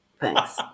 Thanks